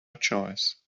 choice